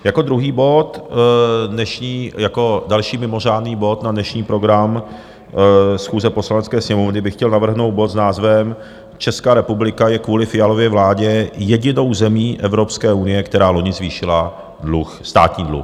Jako druhý bod dnešní, jako další mimořádný bod na dnešní program schůze Poslanecké sněmovny bych chtěl navrhnout bod s názvem Česká republika je kvůli Fialově vládě jedinou zemí Evropské unie, která loni zvýšila státní dluh.